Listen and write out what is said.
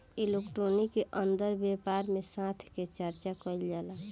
equity के अंदर व्यापार में साथ के चर्चा कईल जाला